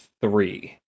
three